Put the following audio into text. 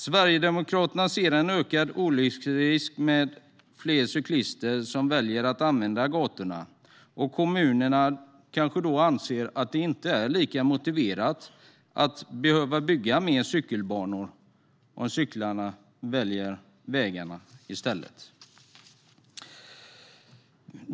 Sverigedemokraterna ser en ökad olycksrisk när fler cyklister väljer att använda gatorna. Om cyklisterna väljer vägarna i stället kanske kommunerna inte anser att det är lika motiverat att bygga fler cykelbanor.